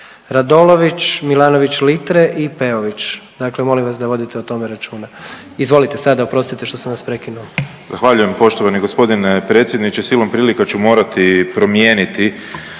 Radolović, Milanović-Litre i Peović. Dakle, molim vas da vodite o tome računa. Izvolite sada, oprostite što sam vas prekinuo. **Grbin, Peđa (SDP)** Zahvaljujem poštovani gospodine predsjedniče. Silom prilika ću morati promijeniti